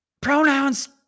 pronouns